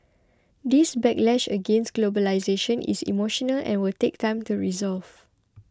this backlash against globalisation is emotional and will take time to resolve